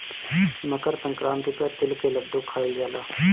मकरसंक्रांति पे तिल के लड्डू खाइल जाला